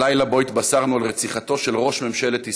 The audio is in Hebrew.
הלילה שבו התבשרנו על רציחתו של ראש ממשלת ישראל,